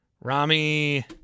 Rami